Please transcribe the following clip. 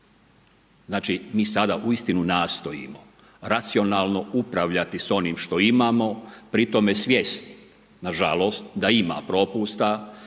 Znači, mi sada uistinu nastojimo racionalno upravljati s onim što imamo pri tome svjesni na žalost, da ima propusta.